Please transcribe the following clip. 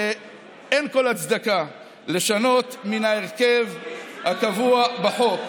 שאין כל הצדקה לשנות מן ההרכב הקבוע בחוק.